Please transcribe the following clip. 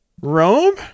Rome